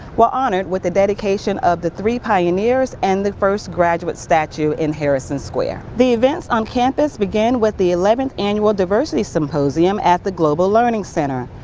we're honored with the dedication of the three pioneers and the first graduate statue in harrison square. the events on campus began with the eleventh annual diversity symposium at the global learning center.